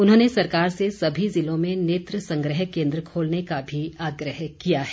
उन्होंने सरकार से सभी ज़िलों में नेत्र संग्रह केन्द्र खोलने का भी आग्रह किया है